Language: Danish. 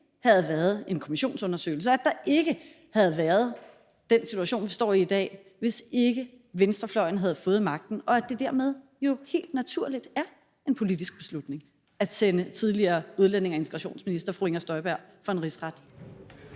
havde været en kommissionsundersøgelse, at der ikke havde været den situation, vi står i i dag, hvis ikke venstrefløjen havde fået magten, og at det jo dermed helt naturligt er en politisk beslutning at sende tidligere udlændinge- og integrationsminister fru Inger Støjberg for en rigsret?